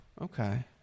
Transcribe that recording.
Okay